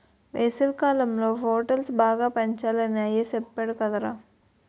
వేసవికాలంలో పొటల్స్ బాగా పెంచాలని అయ్య సెప్పేడు కదరా